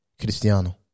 Cristiano